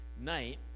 night